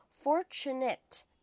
fortunate